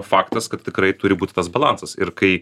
faktas kad tikrai turi būt tas balansas ir kai